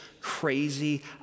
crazy